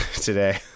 Today